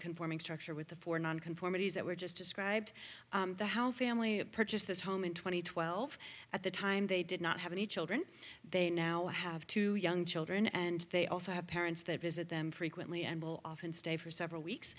conforming structure with the four nonconformity that were just described the how family had purchased this home in two thousand and twelve at the time they did not have any children they now have two young children and they also have parents that visit them frequently and will often stay for several weeks